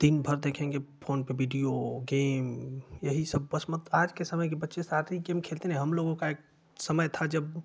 दिन भर देखेगें फोन पर विडियोगेम यह ही सब बस मत आज के समय में बच्चे शारीरिक गेम खेलते नहीं हम लोग का एक समय था जब